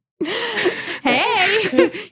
Hey